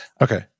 Okay